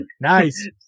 Nice